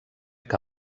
que